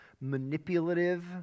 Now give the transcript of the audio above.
manipulative